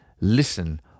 Listen